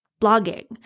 blogging